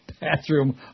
bathroom